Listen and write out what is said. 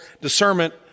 discernment